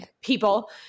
people